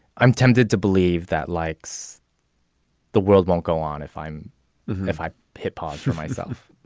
i'm tempted to believe that likes the world won't go on if i'm if i hit pause for myself,